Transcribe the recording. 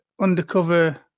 undercover